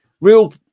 real